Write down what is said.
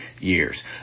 years